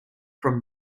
from